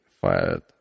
fired